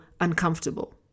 uncomfortable